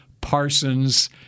Parsons